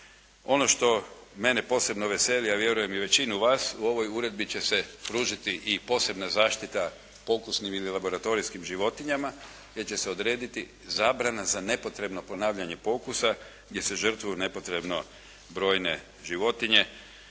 Ono što mene posebno veseli, a vjerujem i većinu vas u ovoj uredbi će se pružiti i posebna zaštita pokusnim ili laboratorijskim životinjama, gdje će se odrediti zabrana za nepotrebno ponavljanje pokusa gdje se žrtvuju nepotrebno brojne životinje,